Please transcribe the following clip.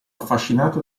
affascinato